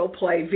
play